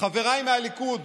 חבריי מהליכוד,